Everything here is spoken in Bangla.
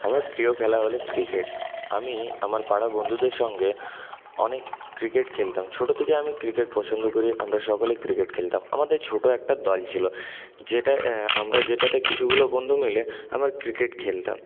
আমার প্রিয় খেলা হল ক্রিকেট আমি আমার পাড়ার বন্ধুদের সঙ্গে অনেক ক্রিকেট খেলতাম ছোট থেকে আমি ক্রিকেট পছন্দ করি আমরা সকলে ক্রিকেট খেলতাম আমাদের ছোট একটা দল ছিল যেটা আমরা যেটাতে কিছুগুলো বন্ধু মিলে আবার ক্রিকেট খেলতাম